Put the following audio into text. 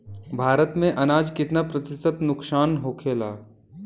भारत में अनाज कितना प्रतिशत नुकसान होखेला?